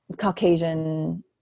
Caucasian